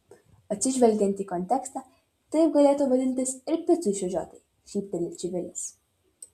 atsižvelgiant į kontekstą taip galėtų vadintis ir picų išvežiotojai šypteli čivilis